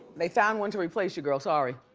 they found one to replace you girl, sorry.